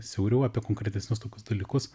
siauriau apie konkretesnius tokius dalykus